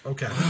Okay